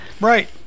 right